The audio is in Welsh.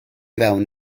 fewn